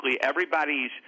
everybody's